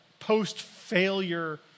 post-failure